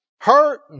Hurt